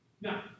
Now